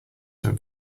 term